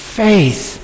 faith